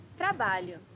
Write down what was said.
Trabalho